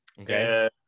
okay